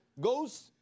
goes